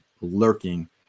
lurking